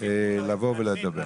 לבוא ולדבר,